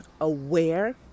aware